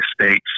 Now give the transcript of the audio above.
States